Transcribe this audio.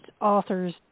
authors